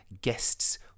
guests